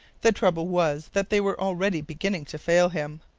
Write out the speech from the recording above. the trouble was that they were already beginning to fail him.